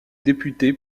député